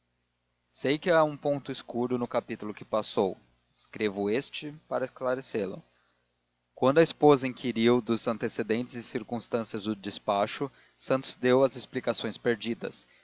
sei que há um ponto escuro no capítulo que passou escrevo este para esclarecê lo quando a esposa inquiriu dos antecedentes e circunstâncias do despacho santos deu as explicações pedidas